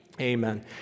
amen